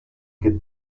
get